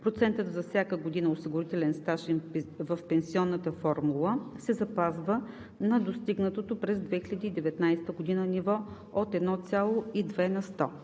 процентът за всяка година осигурителен стаж в пенсионната формула се запазва на достигнатото през 2019 г. ниво от 1,2 на сто;